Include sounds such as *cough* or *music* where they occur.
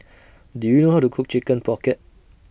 *noise* Do YOU know How to Cook Chicken Pocket